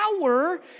power